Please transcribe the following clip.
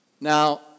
Now